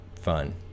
fun